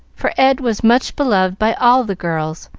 for ed was much beloved by all the girls,